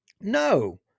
no